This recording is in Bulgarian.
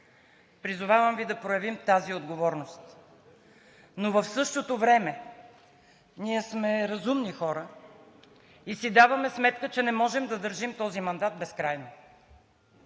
Призовавам Ви да проявим тази отговорност! Но в същото време ние сме разумни хора и си даваме сметка, че не можем да държим този мандат безкрайно.